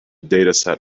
dataset